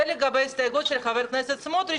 זה לגבי ההסתייגות של חבר הכנסת סמוטריץ',